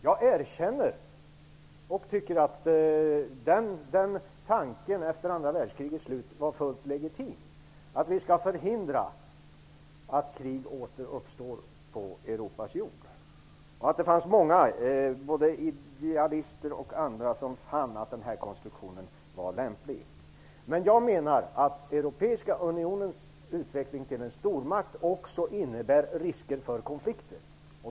Jag erkänner att jag tycker att det efter andra världskrigets slut var en fullt legitim tanke att förhindra att krig åter uppstår på Europas jord. Det fanns många idealister och andra som fann att den här konstruktionen var lämplig. Men jag menar att den europeiska unionens utveckling till en stormakt också innebär risker för konflikter.